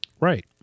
Right